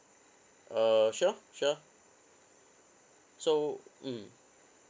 uh sure sure so mm